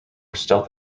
stealth